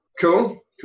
cool